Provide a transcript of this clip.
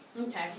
Okay